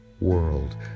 world